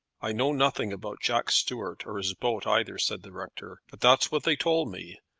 i know nothing about jack stuart or his boat either, said the rector but that's what they told me.